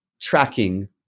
tracking